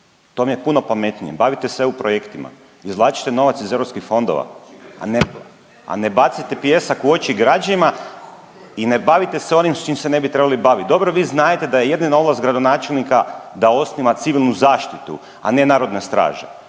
to vam je puno pametnije. Bavite se EU projektima, izvlačite novac iz europskih fondova, a ne bacajte pijesak u oči građanima i ne bavite se onim s čim se ne bi trebali baviti. Dobro vi znadete da je jedina ovlast gradonačelnika da osniva Civilnu zaštitu a ne narodna straža.